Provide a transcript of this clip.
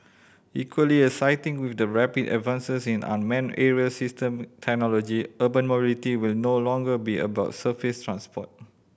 equally exciting with the rapid advances in unmanned aerial system technology urban mobility will no longer be about surface transport